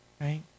Right